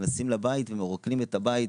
נכנסים לבית ומרוקנים את הבית,